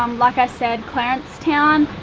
um like i said, clarence town,